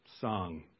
song